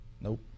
nope